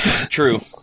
true